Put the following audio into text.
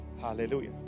Hallelujah